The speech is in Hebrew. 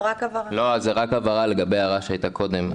רק הבהרה לגבי ההערה שהייתה קודם.